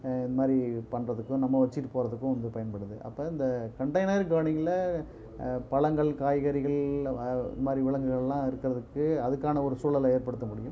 இதுமாதிரி பண்ணுறதுக்கும் நம்ம வச்சிட்டு போகிறதுக்கும் வந்து பயன்படுது அப்போ இந்த கன்டைனர் கார்டிங்ல பழங்கள் காய்கறிகள் இந்தமாதிரி விலங்குகள்லாம் இருக்கிறதுக்கு அதுக்கான ஒரு சூழல ஏற்படுத்த முடியும்